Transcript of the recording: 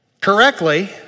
correctly